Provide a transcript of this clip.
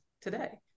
today